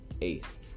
eighth